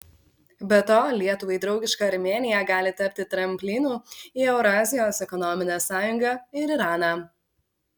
be to lietuvai draugiška armėnija gali tapti tramplinu į eurazijos ekonominę sąjungą ir iraną